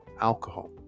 alcohol